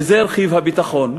וזה רכיב הביטחון.